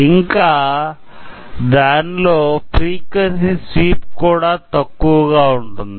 ఇంకా దానిలో frequency sweep కూడా తక్కువగా ఉంటుంది